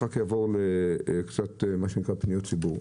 ברשותך, אני אעבור לפניות הציבור.